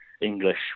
English